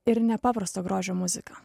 ir nepaprasto grožio muzika